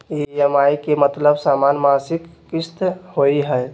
EMI के मतलब समान मासिक किस्त होहई?